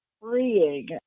freeing